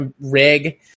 rig